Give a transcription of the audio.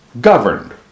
governed